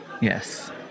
Yes